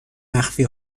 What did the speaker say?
مخفی